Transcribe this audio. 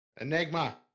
Enigma